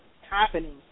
happening